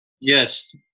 Yes